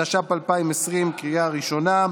התש"ף 2020, לקריאה ראשונה.